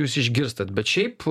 jūs išgirstat bet šiaip